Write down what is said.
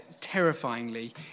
terrifyingly